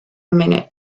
minute